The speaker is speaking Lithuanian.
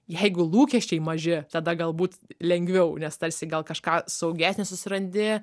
jeigu lūkesčiai maži tada galbūt lengviau nes tarsi gal kažką saugesnio susirandi